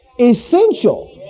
essential